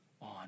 on